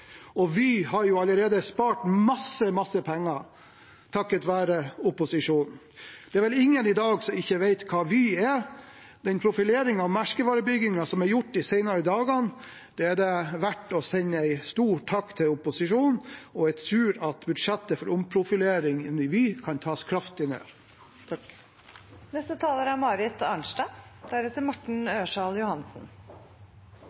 har jo allerede spart masse, masse penger takket vært opposisjonen. Det er vel ingen i dag som ikke vet hva Vy er. Den profileringen og merkevarebyggingen som er gjort de seneste dagene, er det verdt å sende en stor takk til opposisjonen for. Jeg tror at budsjettet for omprofilering i Vy kan tas kraftig ned. Det er